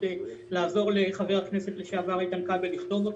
לעזור לחבר הכנסת לשעבר איתן כבל לכתוב אותו,